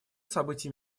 событий